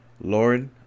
Lord